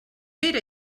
pere